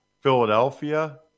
Philadelphia